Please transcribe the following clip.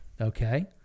Okay